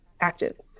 active